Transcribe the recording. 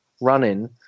running